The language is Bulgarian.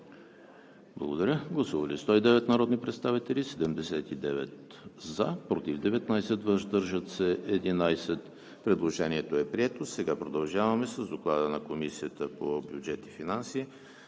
предложение. Гласували 109 народни представители: за 79, против 19, въздържали се 11. Предложението е прието. Продължаваме с Доклада на Комисията по бюджет и финанси